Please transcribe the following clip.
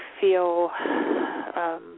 feel –